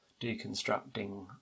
deconstructing